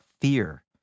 fear